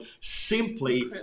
simply